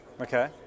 Okay